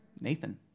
Nathan